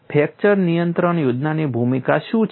fracture નિયંત્રણ યોજનાની ભૂમિકા શું છે